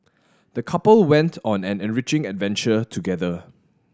the couple went on an enriching adventure together